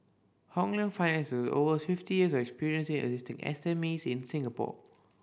Hong Leong Finance over fifty years of experience assisting S M Es in Singapore